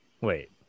wait